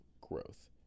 growth